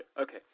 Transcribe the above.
Okay